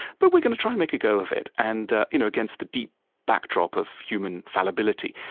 but we're going to try and make a go of it and you know against the deep backdrop of human fallibility,